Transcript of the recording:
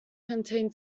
contains